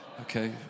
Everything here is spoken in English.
Okay